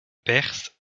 perse